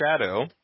Shadow